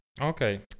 Okay